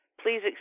please